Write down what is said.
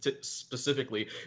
specifically